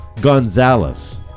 Gonzalez